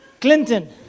Clinton